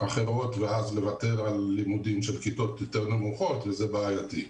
אחרות ואז לוותר על לימודים של כיתות יותר נמוכות וזה בעייתי.